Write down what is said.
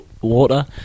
water